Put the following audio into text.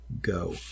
Go